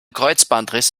kreuzbandriss